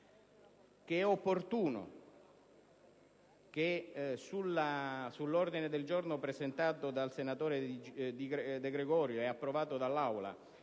reputa opportuno che sull'ordine del giorno presentato dal senatore De Gregorio e approvato dall'Aula